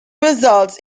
results